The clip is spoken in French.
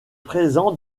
présent